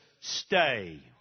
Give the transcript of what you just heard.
stay